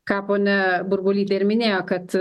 ką ponia burbulytė ir minėjo kad